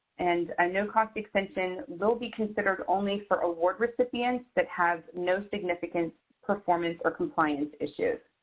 and a no-cost extension will be considered only for award recipients that have no significant performance or compliance issues.